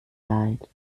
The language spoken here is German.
leid